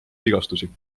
vigastusi